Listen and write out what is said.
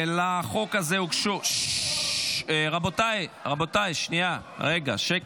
לחוק הזה הוגשו, רבותיי, רגע, שנייה שקט.